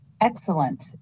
Excellent